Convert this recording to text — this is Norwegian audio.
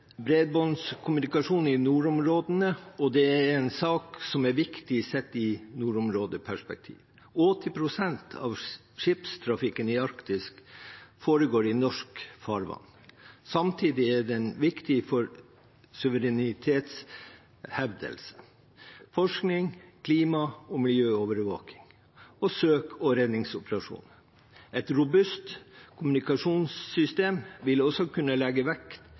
bredbåndskommunikasjon i nordområdene. Dette er en viktig sak sett i et nordområdeperspektiv. 80 prosent av skipstrafikken i Arktis foregår i norsk farvann. Samtidig er den viktig for suverenitetshevdelse, forskning, klima- og miljøovervåkning og søk- og redningsoperasjoner. Et robust kommunikasjonssystem vil også kunne legge